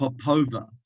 Popova